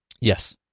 Yes